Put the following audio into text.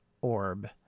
orb